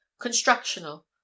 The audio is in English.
Constructional